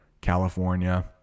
california